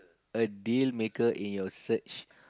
a dealmaker in your search